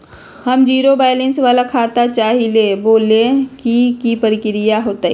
हम zero balance वाला खाता चाहइले वो लेल की की प्रक्रिया होतई?